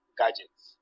gadgets